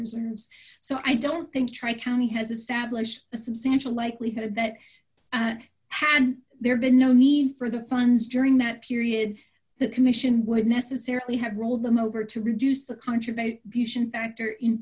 reserves so i don't think tri county has a savage a substantial likelihood that had there been no need for the funds during that period the commission would necessarily have rolled them over to reduce the contribution factor in